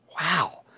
Wow